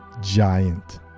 giant